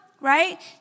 right